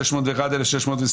הצבעה לא אושרה.